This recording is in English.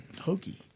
hokey